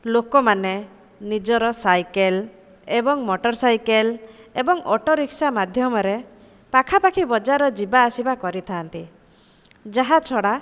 ଲୋକମାନେ ନିଜର ସାଇକେଲ ଏବଂ ମଟରସାଇକେଲ ଏବଂ ଅଟୋ ରିକ୍ସା ମାଧ୍ୟମରେ ପାଖା ପାଖି ବଜାର ଯିବା ଆସିବା କରିଥା'ନ୍ତି ଯାହା ଛଡ଼ା